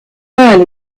early